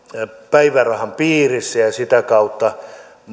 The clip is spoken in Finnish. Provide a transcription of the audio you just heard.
päivärahan piirissä ja ja sitä kautta